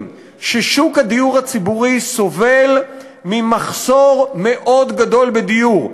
ששוק הדיור הציבורי סובל ממחסור מאוד גדול בדירות,